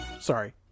sorry